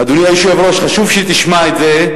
אדוני היושב-ראש, חשוב שתשמע את זה.